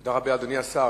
תודה רבה, אדוני השר.